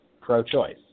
pro-choice